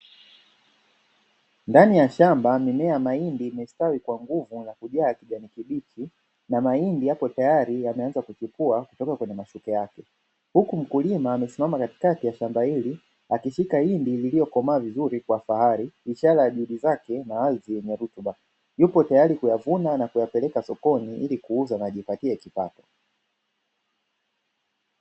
Ndani ya shamba, mimea ya mahindi imestawi kwa nguvu na kujaa kijani kibichi, na mahindi yapo tayari yameanza kuchipua kutoka kwenye mashuke yake, huku mkulima amesimama katikati ya shamba hili, akishika hindi iliyokomaa vizuri kwa fahari, ishara ya juhudi zake na ardhi yenye rutuba, yupo tayari kuyavuna na kuyapeleka sokoni, ili kuuza na kujipatia kipato.